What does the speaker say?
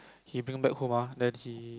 he bring back home ah then he